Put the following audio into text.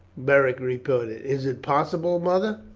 beric repeated is it possible, mother?